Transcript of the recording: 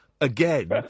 again